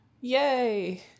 Yay